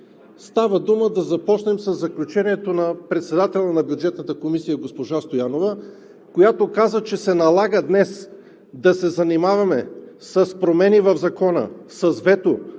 Става дума да започнем със заключението на председателя на Бюджетната комисия – госпожа Стоянова, която каза, че се налага днес да се занимаваме с промени в Закона, с вето,